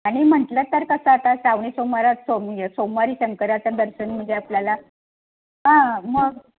आणि म्हटलं तर कसं आता श्रावणी सोमवारात सोम सोमवारी शंकराचं दर्शन म्हणजे आपल्याला हां मग